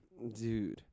Dude